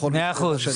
מאה אחוז.